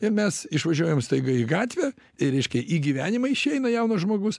ir mes išvažiuojam staiga į gatvę ir reiškia į gyvenimą išeina jaunas žmogus